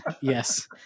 yes